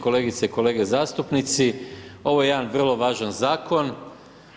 Kolegice i kolege zastupnici, ovo je jedan vrlo važan zakon